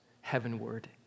heavenward